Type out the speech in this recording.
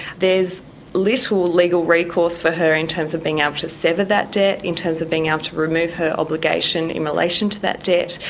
there's little legal recourse for her in terms of being able to sever that debt, in terms of being able to remove her obligation in relation to that debt.